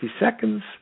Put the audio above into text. seconds